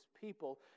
people